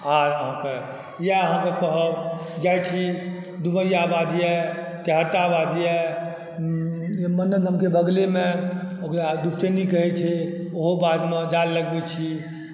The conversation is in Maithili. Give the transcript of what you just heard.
आओर आहाँके इएह आहाँके कहब जाइ छी दुबैया बाध यऽ तेहट्ठा बाध यऽ के बगले मे ओकरा दू चैनी कहै छै ओहो बाध मे जाल लगबै छी